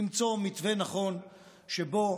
למצוא מתווה נכון שבו